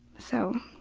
so,